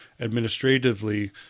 administratively